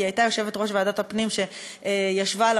כי היא הייתה יושבת-ראש ועדת הפנים שישבה על